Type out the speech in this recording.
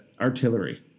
artillery